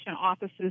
offices